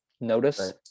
notice